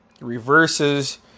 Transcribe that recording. reverses